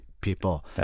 people